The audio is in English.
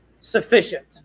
sufficient